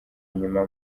nyuma